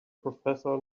professor